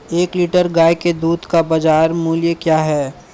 एक लीटर गाय के दूध का बाज़ार मूल्य क्या है?